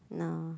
no